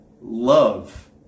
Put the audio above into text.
love